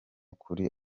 kuri